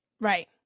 Right